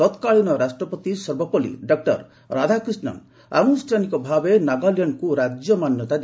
ତତ୍କାଳୀନ ରାଷ୍ଟ୍ରପତି ସର୍ବପଲ୍ଲୀ ଡଃ ରାଧାକ୍ରିଷ୍ଣନ୍ ଆନୁଷ୍ଠାନିକ ଭାବେ ନାଗାଲ୍ୟାଣ୍ଡକୁ ରାଜ୍ୟ ମାନ୍ୟତା ଦେଇଥିଲେ